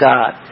God